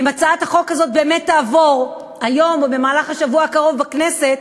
ואם הצעת החוק הזאת באמת תעבור היום או במהלך השבוע הקרוב בכנסת,